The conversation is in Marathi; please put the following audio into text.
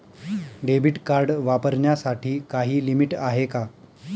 डेबिट कार्ड वापरण्यासाठी काही लिमिट आहे का?